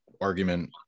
argument